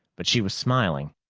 but she was smiling.